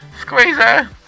Squeezer